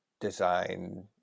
design